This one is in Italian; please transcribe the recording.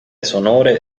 sonore